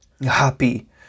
happy